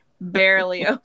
barely